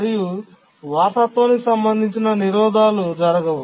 మరియు వారసత్వానికి సంబంధించిన నిరోధాలు జరగవు